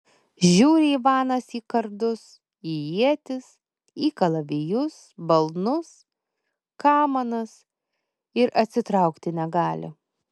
žiūri ivanas į kardus į ietis į kalavijus balnus kamanas ir atsitraukti negali